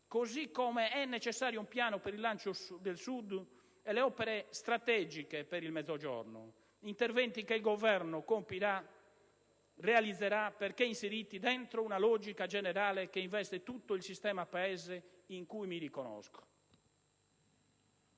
così come è necessario un piano per il rilancio del Sud e le opere strategiche per il Mezzogiorno: interventi che il Governo realizzerà perché inseriti all'interno di una logica generale che investe tutto il sistema Paese, nella quale mi riconosco.